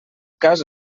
cas